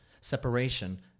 separation